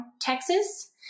Texas